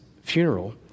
funeral